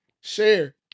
share